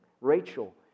Rachel